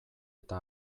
eta